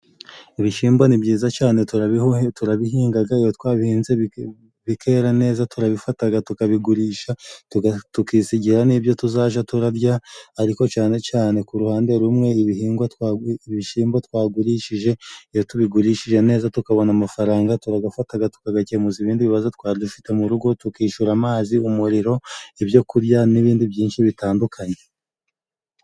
Ibishimbo ni byiza cane, turabihingaga, iyo twabihinze bikera neza, turabifataga tukabigurisha tukisigira n'ibyo tuzaja turarya, ariko cyane cyane ku ruhande rumwe ibihingwa ibishimbo twagurishije, iyo tubigurishije neza tukabona amafaranga, turagafataga tugakemuza ibindi bibazo twari dufite mu rugo, tukishura amazi, umuriro, ibyo kurya n'ibindi byinshi bitandukanye.